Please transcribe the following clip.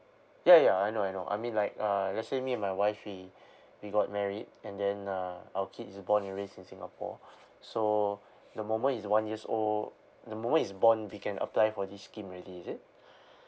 ya ya I know I know I mean like uh let's say me and my wife we we got married and then uh our kid is born and raised in singapore so the moment he's one years old the moment he's born we can apply for this scheme already is it